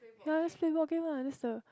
ya just play board games ah that's the